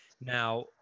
Now